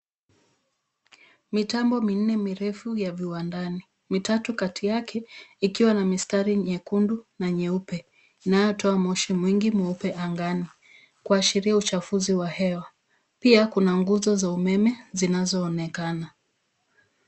Mitambo minne mirefu ya viwandani, Mitatu kati yake ikiwa ni mistari nyekundu na nyeupe inayotoa moshi mwingi mweupe angani kuashira uchafuzi wa hewa. Pia kuna nguzo za umeme zinazoonekana.